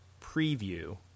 preview